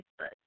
Facebook